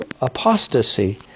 apostasy